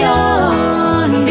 on